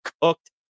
cooked